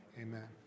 Amen